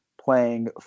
playing